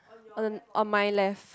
on the on my left